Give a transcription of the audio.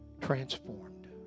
Transformed